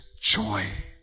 joy